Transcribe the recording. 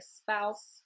spouse